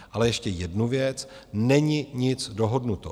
Ale ještě jednu věc: není nic dohodnuto.